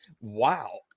Wow